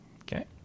Okay